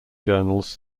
journals